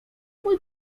mój